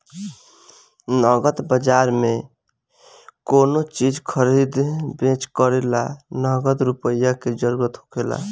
नगद बाजार में कोनो चीज खरीदे बेच करे ला नगद रुपईए के जरूरत होखेला